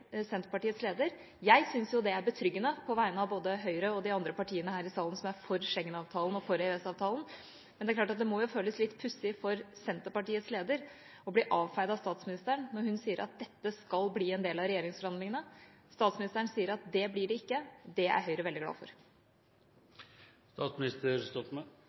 Senterpartiets leder. Jeg synes jo det er betryggende, på vegne av både Høyre og de andre partiene her i salen som er for Schengen-avtalen og for EØS-avtalen, men det er klart at det må føles litt pussig for Senterpartiets leder å bli avfeid av statsministeren når hun sier at dette skal bli en del av regjeringsforhandlingene. Statsministeren sier at det blir det ikke. Det er Høyre veldig glad